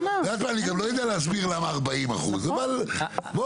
יודעת מה, לא יודע להסביר למה 40 אחוז, אבל בואו.